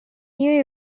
knew